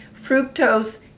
fructose